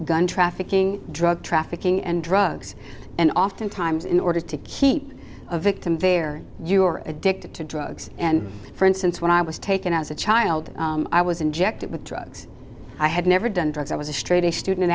gun trafficking drug trafficking and drugs and oftentimes in order to keep a victim there you're addicted to drugs and for instance when i was taken as a child i was injected with drugs i had never done drugs i was a straight a student